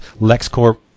LexCorp